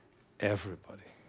everybody.